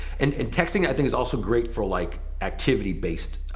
and and texting, i think is also great for like activity based